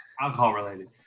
alcohol-related